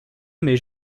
mais